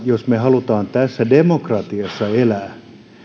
jos me haluamme tässä demokratiassa elää